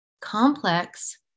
complex